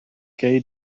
gei